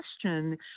question